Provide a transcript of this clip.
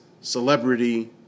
celebrity